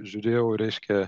žiūrėjau reiškia